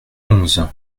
onze